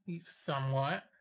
somewhat